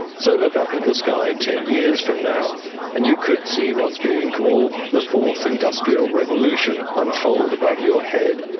so look up in the sky ten years from now and you could see what's being called the fourth industrial revolution unfold above your head.